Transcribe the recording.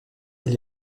elle